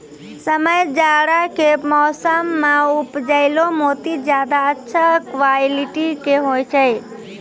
समय जाड़ा के मौसम मॅ उपजैलो मोती ज्यादा अच्छा क्वालिटी के होय छै